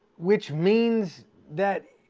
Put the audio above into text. which means that,